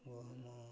ଓ no